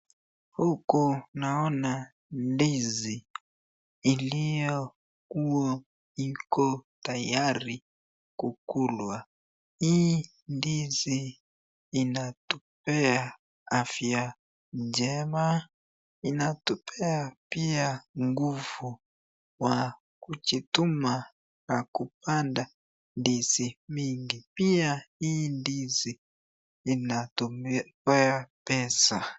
Huku naona ndizi iliyokuwa iko tayari kukulwa. Hii ndizi inatupea afya njema, inatupea pia nguvu wa kujituma na kupanda ndizi mingi. Pia hii ndizi inatupea pesa.